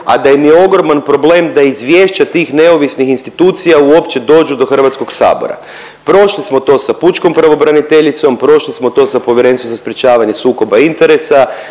a da im je ogroman problem da izvješća tih neovisnih institucija uopće dođu do HS. Prošli smo to sa pučkom pravobraniteljicom, prošli smo to sa Povjerenstvom za sprječavanjem sukoba interesa,